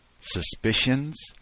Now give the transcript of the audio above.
suspicions